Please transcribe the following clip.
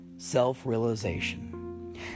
Self-Realization